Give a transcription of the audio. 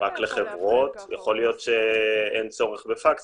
רק לחברות ואז יכול להיות שאין צורך בפקס